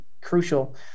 crucial